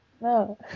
No